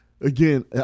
again